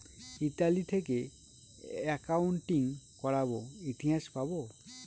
Italy থেকে accounting করাবো ইতিহাস পাবো